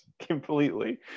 completely